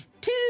Two